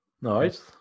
nice